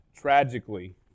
tragically